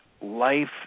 life